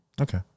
Okay